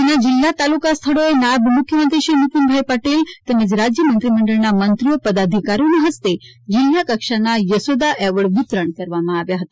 રાજ્યના જિલ્લા તાલુકા સ્થળોએ નાયબમુખ્યમંત્રી શ્રી નીતીન પટેલ તેમજ રાજ્ય મંત્રીમંડળના મંત્રીઓ પદાધિકારીઓના હસ્તે જીલ્લા કક્ષાના યશોદા એવોર્ડ વિતરણ કરવામાં આવ્યા હતા